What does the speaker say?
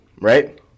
right